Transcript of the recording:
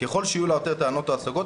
ככל שיהיו לו יותר טענות או השגות,